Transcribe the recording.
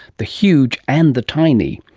the huge and the tiny.